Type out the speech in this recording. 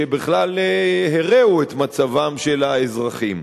שבכלל הרעו את מצבם של האזרחים.